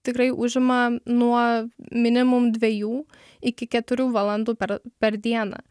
tikrai užima nuo minimum dviejų iki keturių valandų per per dieną